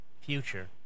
future